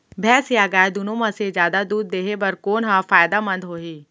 भैंस या गाय दुनो म से जादा दूध देहे बर कोन ह फायदामंद होही?